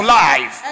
life